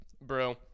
Bro